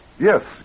Yes